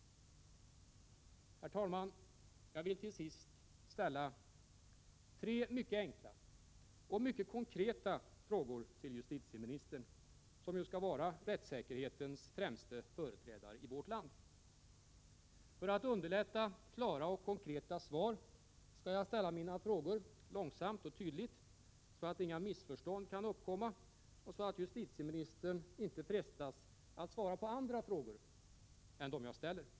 Herr talman! Jag vill till sist ställa tre mycket enkla och mycket konkreta frågor till justitieministern, som skall vara rättssäkerhetens främste företrädare i vårt land. För att underlätta klara och konkreta svar skall jag ställa mina frågor långsamt och tydligt, så att inga missförstånd kan uppkomma och så att justitieministern inte frestas att svara på andra frågor än dem jag ställer.